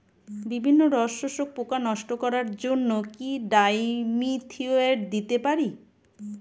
বিভিন্ন রস শোষক পোকা নষ্ট করার জন্য কি ডাইমিথোয়েট দিতে পারি?